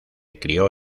crio